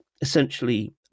essentially